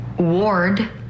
Ward